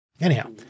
Anyhow